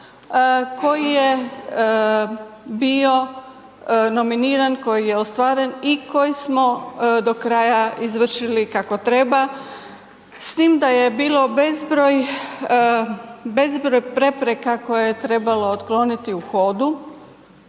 koji je bio nominiran, koji je ostvaren i koji smo do kraja izvršili kako treba, s tim da je bilo bezbroj prepreka koje je trebalo otkloniti u hodu,